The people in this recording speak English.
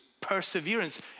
perseverance